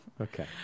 Okay